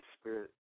Spirit